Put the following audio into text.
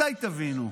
מתי תבינו?